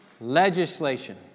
legislation